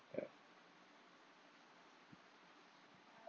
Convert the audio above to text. ya